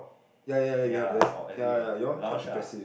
ya ya ya you have less ya ya ya your one quite impressive